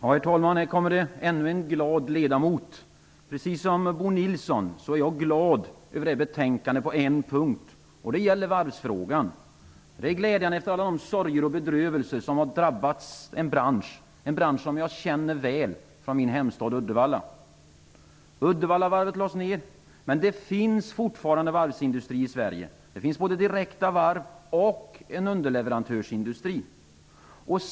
Herr talman! Här kommer det ännu en glad ledamot! Precis som Bo Nilsson är jag glad över det här betänkandet på en punkt, nämligen när det gäller varvsfrågan. Det är glädjande efter alla de sorger och bedrövelser som har drabbat en bransch, som jag känner väl från min hemstad Uddevalla. Uddevallavarvet lades ned, men det finns fortfarande varvsindustri i Sverige. Det finns både varv och en underleverantörsindustri.